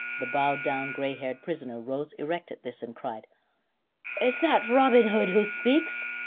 the bowed down gray-haired prisoner rose erect at this, and cried is that robin hood who speaks?